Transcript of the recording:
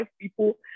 people